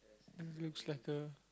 this looks like a